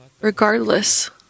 regardless